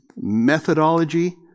methodology